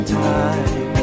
time